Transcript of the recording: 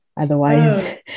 otherwise